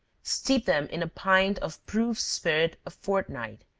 steep them in a pint of proof spirit a fortnight,